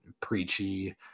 preachy